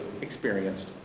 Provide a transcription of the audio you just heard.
experienced